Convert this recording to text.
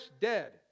dead